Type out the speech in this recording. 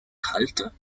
kälte